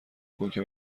کن، که